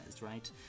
right